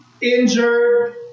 injured